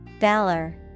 Valor